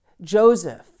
Joseph